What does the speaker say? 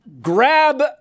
grab